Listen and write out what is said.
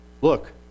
look